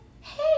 Hey